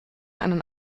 einen